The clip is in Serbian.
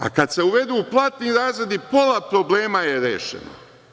A kada se uvedu platnim razredi pola problema je rešeno.